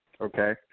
okay